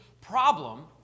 problem